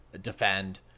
defend